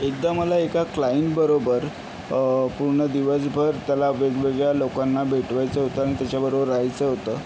एकदा मला एका क्लाईनबरोबर पूर्ण दिवसभर त्याला वेगवेगळ्या लोकांना भेटवायचं होतं आणि त्याच्याबरोबर राहायचं होतं